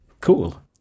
cool